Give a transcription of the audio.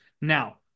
Now